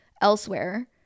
elsewhere